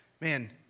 Man